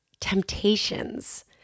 temptations